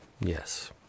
Yes